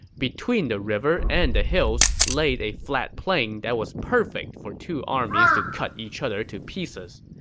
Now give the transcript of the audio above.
between the river and the hills laid a flat plain that was perfect for two armies to cut each other to pieces.